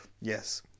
Yes